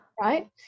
right